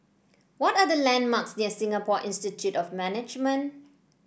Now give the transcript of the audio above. what are the landmarks near Singapore Institute of Management